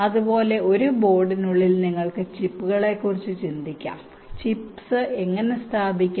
അതുപോലെ ഒരു ബോർഡിനുള്ളിൽ നിങ്ങൾക്ക് ചിപ്പുകളെക്കുറിച്ച് ചിന്തിക്കാം ചിപ്സ് എങ്ങനെ സ്ഥാപിക്കാം